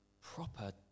proper